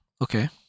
okay